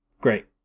Great